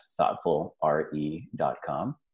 thoughtfulre.com